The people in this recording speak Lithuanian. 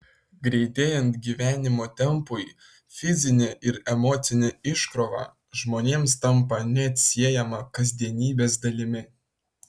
greitėjant gyvenimo tempui fizinė ir emocinė iškrova žmonėms tampa neatsiejama kasdienybės dalimi